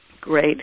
Great